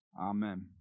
Amen